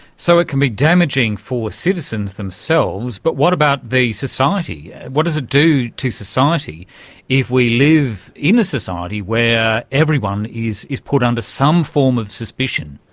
so it can be damaging for citizens themselves, but what about the society? what does it do to society if we live in a society where everyone is is put under some form of suspicion?